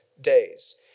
days